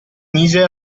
mise